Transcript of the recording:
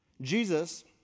Jesus